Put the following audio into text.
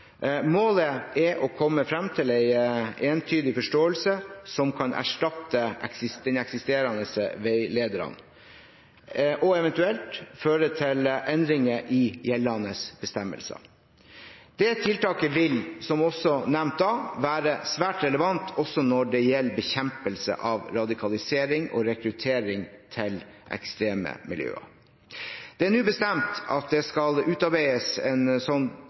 Målet er å komme fram til en entydig forståelse som kan erstatte den eksisterende veilederen, og eventuelt føre til endringer i gjeldende bestemmelser. Det tiltaket vil, som det også ble nevnt da, være svært relevant også når det gjelder bekjempelse av radikalisering og rekruttering til ekstreme miljøer. Det er nå bestemt at det skal utarbeides en